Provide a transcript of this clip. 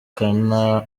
kana